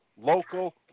local